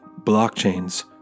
blockchains